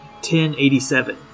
1087